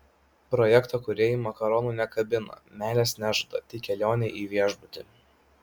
projekto kūrėjai makaronų nekabina meilės nežada tik kelionę į viešbutį